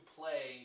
play